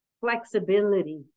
flexibility